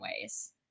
ways